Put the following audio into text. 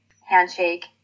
handshake